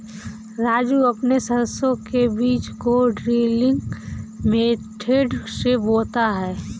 राजू अपने सरसों के बीज को ड्रिलिंग मेथड से बोता है